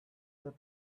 that